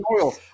oil